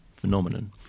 phenomenon